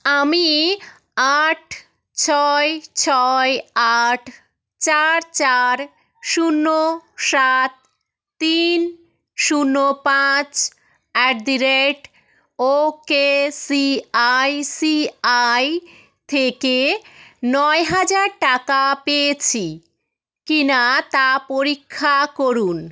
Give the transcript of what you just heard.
আমি আট ছয় ছয় আট চার চার শূন্য সাত তিন শূন্য পাঁচ at the rate okay ICICI থেকে নয় হাজার টাকা পেয়েছি কি না তা পরীক্ষা করুন